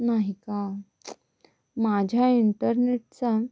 नाही का माझ्या इंटरनेटचा